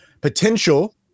potential